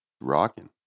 Rocking